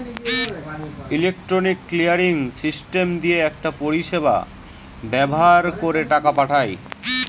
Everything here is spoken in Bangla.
ইলেক্ট্রনিক ক্লিয়ারিং সিস্টেম দিয়ে একটা পরিষেবা ব্যাভার কোরে টাকা পাঠায়